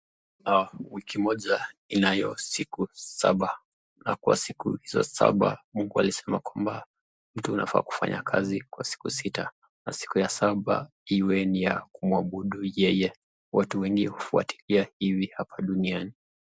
Wiki moja inayo siku saba na kwa hizo siku saba mungu alisema unafaa kufanya kazi kwa siku sita na siku ya saba iwe ni ya kuabudu yeye. Watu wengi hufuatilia hivi duniani.